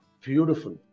Beautiful